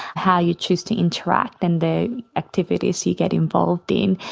how you choose to interact and the activities you get involved in,